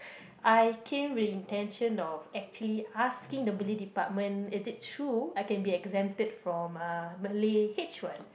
I came with intention of actually asking the Malay department is it true I can be exempted from uh Malay H one